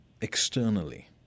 externally